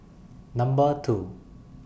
Number two